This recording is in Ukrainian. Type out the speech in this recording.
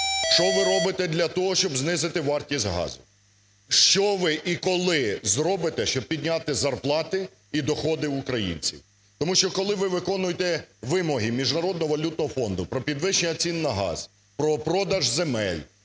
Що ви робите для того, щоб знизити вартість газу? Що ви і коли зробите, щоб підняти зарплати і доходи українців? Тому що, коли ви виконуєте вимоги Міжнародного валютного фонду про підвищення цін на газ, про продаж земель,